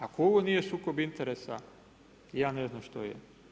Ako ovo nije sukob interesa, ja ne znam što je.